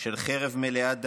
של חרב מלאה דם,